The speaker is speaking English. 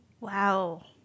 Wow